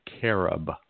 carob